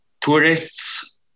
Tourists